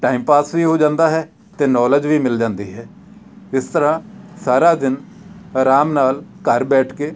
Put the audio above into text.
time pass ਵੀ ਹੋ ਜਾਂਦਾ ਹੈ ਅਤੇ ਨੌਲਿਜ ਵੀ ਮਿਲ ਜਾਂਦੀ ਹੈ ਇਸ ਤਰ੍ਹਾਂ ਸਾਰਾ ਦਿਨ ਆਰਾਮ ਨਾਲ ਘਰ ਬੈਠ ਕੇ